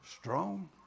strong